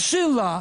השאלה,